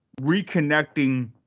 reconnecting